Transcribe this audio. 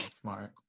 smart